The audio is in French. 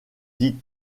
dit